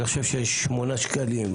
אני חושב ששמונה השקלים,